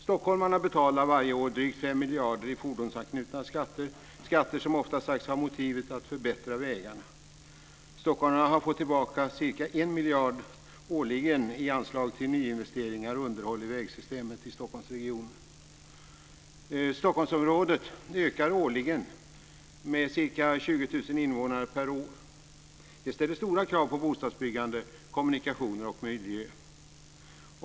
Stockholmarna betalar varje år drygt 5 miljarder i fordonsanknutna skatter, skatter som ofta har sagts ha motivet att förbättra vägarna. Stockholmarna har fått tillbaka ca 1 miljard årligen i anslag till nyinvesteringar och underhåll av vägsystemet i Stockholmsregionen. Stockholmsområdet ökar årligen med ca 20 000 invånare. Det ställer stora krav på bostadsbyggande, kommunikationer och miljö.